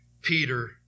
Peter